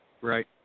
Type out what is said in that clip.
Right